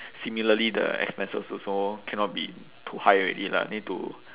similarly the expenses also cannot be too high already lah need to